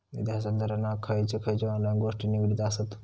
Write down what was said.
निधी हस्तांतरणाक खयचे खयचे ऑनलाइन गोष्टी निगडीत आसत?